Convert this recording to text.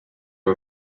are